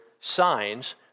signs